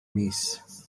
mis